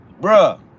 bruh